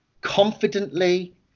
confidently